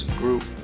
group